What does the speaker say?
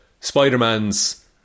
Spider-Man's